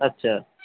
আচ্ছা